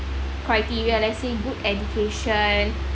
criteria let's say good education